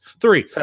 Three